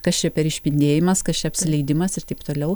kas čia per išpindėjimas kas čia apsileidimas ir taip toliau